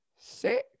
Six